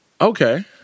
Okay